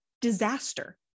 disaster